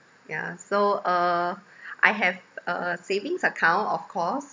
yeah so uh I have a savings account of course